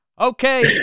Okay